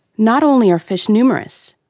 not only are fish numerous,